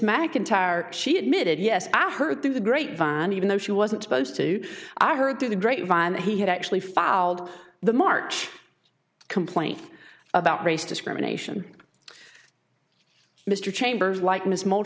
guitar she admitted yes i heard through the grapevine even though she wasn't supposed to i heard through the grapevine that he had actually filed the march complaint about race discrimination mr chambers like miss mo